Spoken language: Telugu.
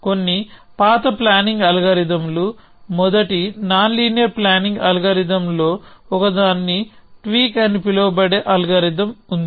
కొన్ని పాత ప్లానింగ్ అల్గోరిథంలు మొదటి నాన్ లీనియర్ ప్లానింగ్ అల్గోరిథంల లో ఒకదాన్ని ట్వీక్ అని పిలువబడే అల్గోరిథం ఉంది